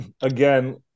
again